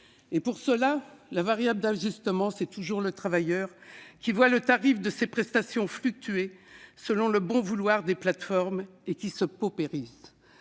matière, la variable d'ajustement est toujours le travailleur, qui voit le tarif de ses prestations fluctuer selon le bon vouloir des plateformes, et qui se paupérise.